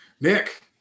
Nick